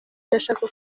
ndashaka